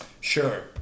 Sure